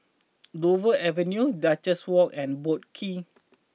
Dover Avenue Duchess Walk and Boat Quay